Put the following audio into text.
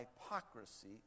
hypocrisy